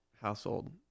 household